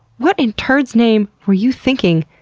what in turd's name were you thinking?